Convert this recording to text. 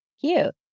Cute